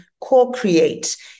co-create